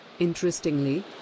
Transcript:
Interestingly